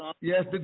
Yes